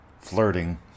flirting